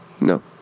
No